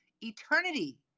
Eternity